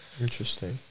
interesting